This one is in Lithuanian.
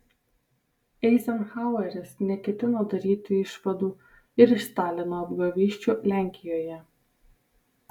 eizenhaueris neketino daryti išvadų ir iš stalino apgavysčių lenkijoje